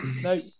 No